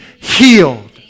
healed